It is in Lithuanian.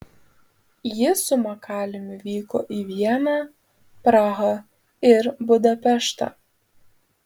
ji su makaliumi vyko į vieną prahą ir budapeštą